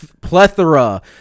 plethora